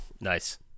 Nice